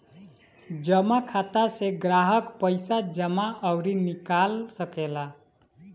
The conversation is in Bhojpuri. जमा खाता से ग्राहक पईसा जमा अउरी निकाल सकेला